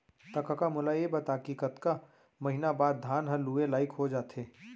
त कका मोला ये बता कि कतका महिना बाद धान ह लुए लाइक हो जाथे?